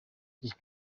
gihe